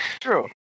True